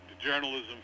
journalism